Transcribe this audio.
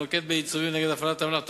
שנוקט עיצומים נגד הפעלת המהלך,